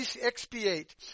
expiate